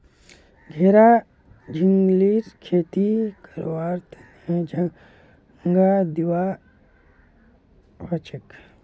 घेरा झिंगलीर खेती करवार तने झांग दिबा हछेक